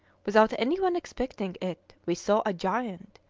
without any one expecting it, we saw a giant,